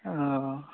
औ